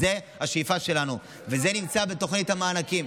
זאת השאיפה שלנו, וזה נמצא בתוכנית המענקים.